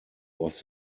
was